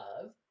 love